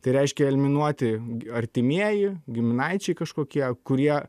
tai reiškia eliminuoti artimieji giminaičiai kažkokie kurie